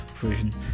version